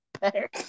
better